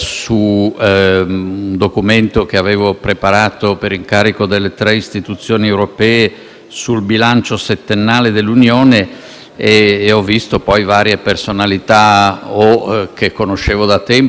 sul bilancio settennale dell'Unione e ho visto poi varie personalità che conoscevo da tempo e anche nuove, come la nuova Presidente della CDU, e inevitabilmente la conversazione andava